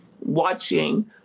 watching